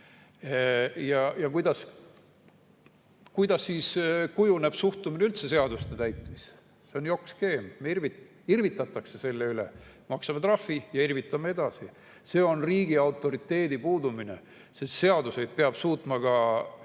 Kuidas siis kujuneb suhtumine üldse seaduste täitmisse? See on jokk-skeem, irvitatakse selle üle. Maksame trahvi ja irvitame edasi. See on riigi autoriteedi puudumine, sest seadusi peab suutma ka